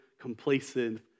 complacent